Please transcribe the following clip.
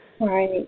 Right